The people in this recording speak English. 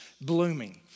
blooming